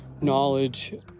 knowledge